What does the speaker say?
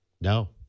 No